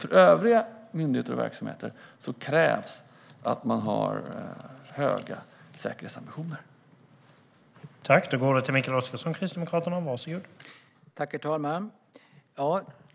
För övriga myndigheter och verksamheter krävs dock att man har höga säkerhetsambitioner.